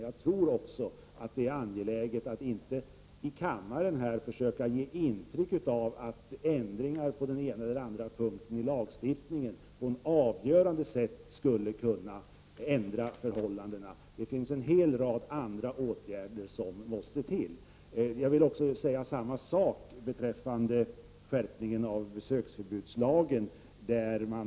Jag tror också att det är angeläget att vi inte i kammaren försöker ge intryck av att ändringar på den ena eller den andra punkten i lagstiftningen på något avgörande sätt skulle kunna ändra förhållandena. Det finns en hel rad andra åtgärder som också måste vidtas. Jag vill säga samma sak beträffande besöksförbudslagen.